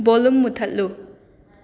volume ꯃꯨꯊꯠꯂꯨ